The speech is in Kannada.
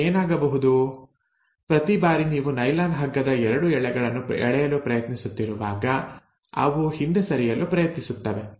ಈಗ ಏನಾಗಬಹುದು ಪ್ರತಿ ಬಾರಿ ನೀವು ನೈಲಾನ್ ಹಗ್ಗದ 2 ಎಳೆಗಳನ್ನು ಎಳೆಯಲು ಪ್ರಯತ್ನಿಸುತ್ತಿರುವಾಗ ಅವು ಹಿಂದೆ ಸರಿಯಲು ಪ್ರಯತ್ನಿಸುತ್ತವೆ